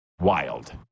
Wild